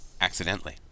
accidentally